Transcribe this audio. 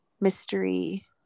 mystery